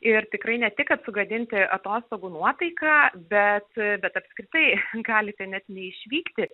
ir tikrai ne tik kad sugadinti atostogų nuotaiką bet bet apskritai galite net neišvykti